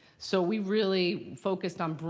so we really focused on,